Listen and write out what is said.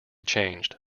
changed